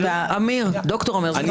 אני